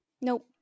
Nope